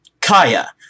Kaya